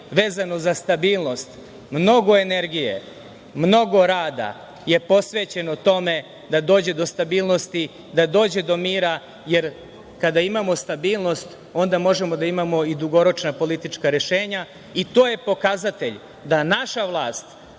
vezano za stabilnost. Mnogo energije, mnogo rada je posvećeno tome da dođe do stabilnosti, da dođe do mira, jer kada imamo stabilnost, onda možemo da imamo i dugoročna politička rešenja. To je pokazatelj da naša vlast,